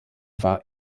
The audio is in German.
war